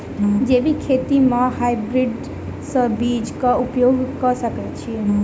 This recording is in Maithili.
जैविक खेती म हायब्रिडस बीज कऽ उपयोग कऽ सकैय छी?